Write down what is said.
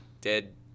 dead